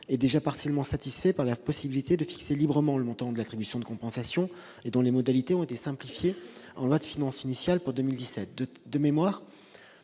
est partiellement satisfait par la possibilité de fixer librement le montant de l'attribution de compensation, dont les modalités ont été simplifiées par la loi de finances initiale pour 2017. Je me